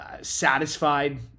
Satisfied